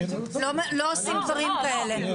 לא עושים דברים כאלה.